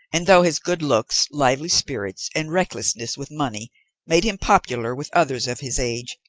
and, though his good looks, lively spirits, and recklessness with money made him popular with others of his age,